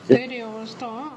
சரி உன் இஷ்டம்:saari un ishtam